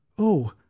Oh